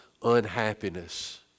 unhappiness